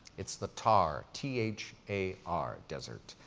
it's the thar, t h a r desert.